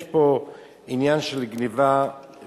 יש פה עניין של גנבה וגזלה,